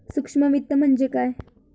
सूक्ष्म वित्त म्हणजे काय?